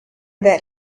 that